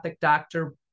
doctor